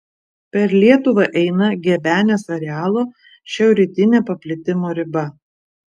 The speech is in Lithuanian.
per lietuvą eina gebenės arealo šiaurrytinė paplitimo riba